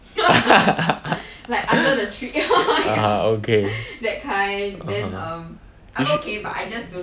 ah okay (uh huh) you should